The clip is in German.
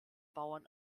bauern